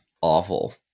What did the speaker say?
awful